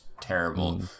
terrible